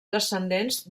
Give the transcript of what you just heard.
descendents